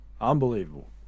unbelievable